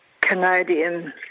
Canadian